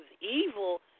evil